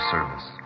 Service